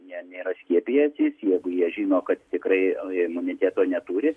ne nėra skiepijęsis jeigu jie žino kad tikrai imuniteto neturi